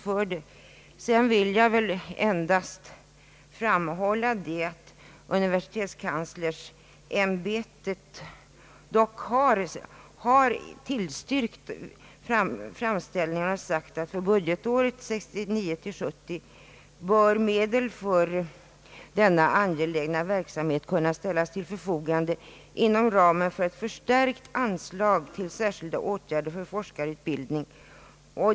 För Övrigt vill jag endast framhålla att universitetskanslersämbetet dock har tillstyrkt framställningen och sagt att för budgetåret 1969/70 bör medel för denna angelägna verksamhet ställas till förfogande inom ramen för ett förstärkt anslag till särskilda åtgärder för forskarutbildning.